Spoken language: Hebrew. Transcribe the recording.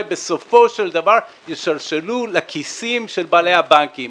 בסופו של דבר ישלשלו לכיסים של בעלי הבנקים?